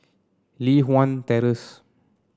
Li Hwan Terrace